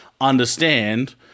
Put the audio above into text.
understand